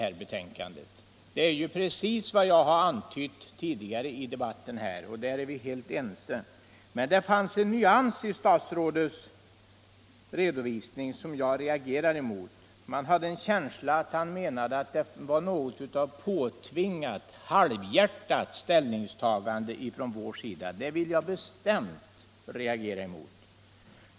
Det är precis vad jag har framhållit tidigare i debatten, så där är vi helt ense. Men det fanns en nyans i statsrådets redovisning som jag reagerar mot. Jag fick en känsla av att han menade att det var något av ett påtvingat och halvhjärtat ställningstagande från vår sida. Det vill jag bestämt vända mig emot.